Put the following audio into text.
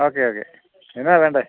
okay okay എന്നതാ വേണ്ടത്